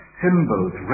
symbols